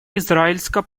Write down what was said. израильско